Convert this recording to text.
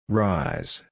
rise